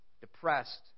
depressed